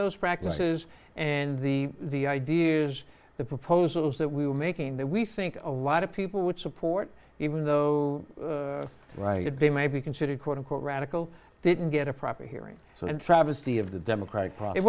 those practices and the the ideas the proposals that we were making that we think a lot of people would support even though right they may be considered quote unquote radical didn't get a proper hearing so a travesty of the democratic